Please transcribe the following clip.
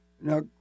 Now